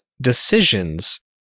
decisions